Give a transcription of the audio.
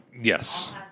Yes